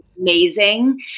amazing